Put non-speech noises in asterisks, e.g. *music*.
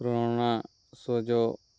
*unintelligible*